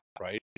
right